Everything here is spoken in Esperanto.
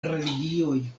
religioj